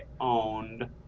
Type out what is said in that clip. owned